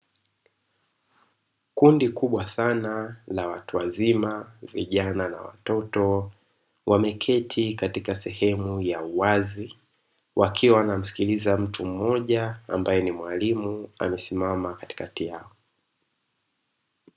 Kundi kubwa sana la watu wazima vijana na watoto wameketi katika sehemu ya uwazi wakiwa wanamsikiliza mtu mmoja ambae ni mwalimu amesimama katikati yao.